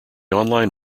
online